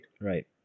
right